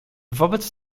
wobec